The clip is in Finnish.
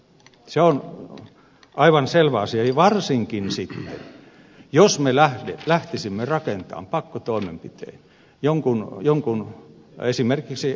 se on aivan selvä asia varsinkin sitten jos me lähtisimme rakentamaan pakkotoimenpitein jonkin esimerkiksi ed